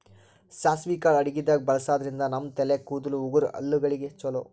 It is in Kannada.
ಸಾಸ್ವಿ ಕಾಳ್ ಅಡಗಿದಾಗ್ ಬಳಸಾದ್ರಿನ್ದ ನಮ್ ತಲೆ ಕೂದಲ, ಉಗುರ್, ಹಲ್ಲಗಳಿಗ್ ಛಲೋ